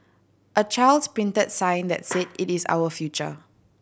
a child's printed sign that said it is our future